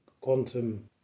quantum